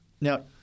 Now